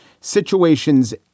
situations